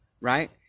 right